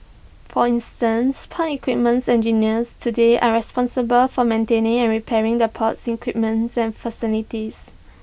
for instance port equipments engineers today are responsible for maintaining and repairing the port's equipments and facilities